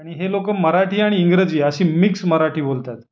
आणि हे लोकं मराठी आणि इंग्रजी अशी मिक्स मराठी बोलतात